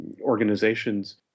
organizations